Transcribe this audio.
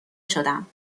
شدم